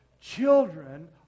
Children